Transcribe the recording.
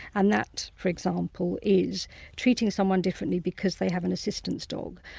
and that, for example, is treating someone differently because they have an assistance dog.